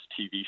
TV